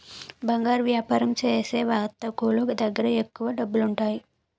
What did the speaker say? బంగారు వ్యాపారం చేసే వర్తకులు దగ్గర ఎక్కువ డబ్బులుంటాయి